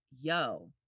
yo